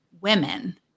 women